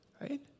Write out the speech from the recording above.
Right